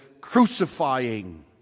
crucifying